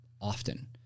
often